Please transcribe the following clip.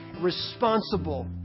responsible